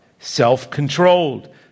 Self-controlled